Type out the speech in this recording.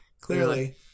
Clearly